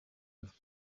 his